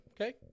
okay